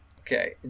Okay